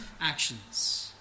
actions